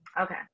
Okay